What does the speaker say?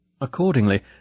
accordingly